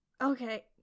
Okay